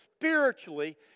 spiritually